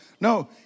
No